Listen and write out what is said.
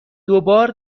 دوبار